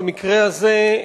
במקרה הזה,